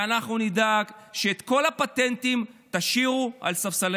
ואנחנו נדאג שאת כל הפטנטים תשאירו על ספסלי